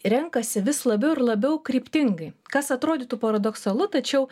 renkasi vis labiau ir labiau kryptingai kas atrodytų paradoksalu tačiau